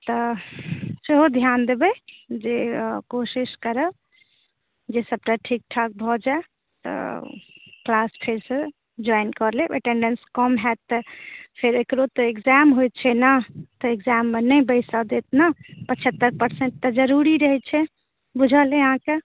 सेहो ध्यान देबए जे कोशिश करब जे सभटा ठीक ठाक भऽ जाए क्लास फेरसँ ज्वाइन कऽ लेब अटेंडेंस कम हैत तऽ फेर एकरो तऽ एक्जाम होय छै ने तऽ एक्जाममे नहि बैसऽ देत ने पछ्हत्तर परसेंट तऽ जरूरी रहए छै बुझल यऽ अहाँके